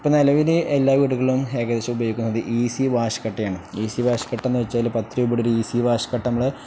ഇപ്പോൾ നിലവിലെ എല്ലാ വീടുകളും ഏകദേശം ഉപയോഗിക്കുന്നത് ഈസി വാഷ് കട്ടയാണ് ഈസി വാഷ് കട്ട എന്ന് വെച്ചാൽ പത്ത് രൂപയുടെ ഒരു ഇസി വഷ് കട്ട നമ്മൾ